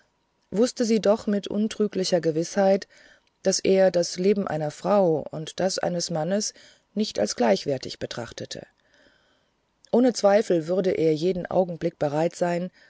wußte sie doch mit untrüglicher gewißheit daß er das leben einer frau und das eines mannes nicht als gleichwertig betrachte ohne zweifel würde er jeden augenblick bereit sein